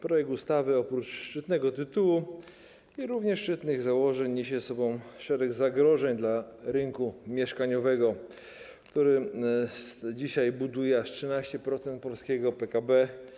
Projekt ustawy, oprócz szczytnego tytułu i również świetnych założeń, niesie ze sobą szereg zagrożeń dla rynku mieszkaniowego, który dzisiaj buduje aż 13% polskiego PKB.